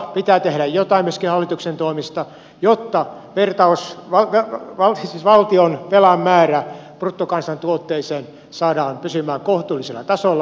pitää tehdä jotain myöskin hallituksen toimesta jotta valtionvelan määrä bruttokansantuotteeseen saadaan pysymään kohtuullisella tasolla